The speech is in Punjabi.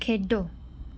ਖੇਡੋ